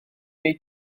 wnei